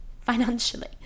financially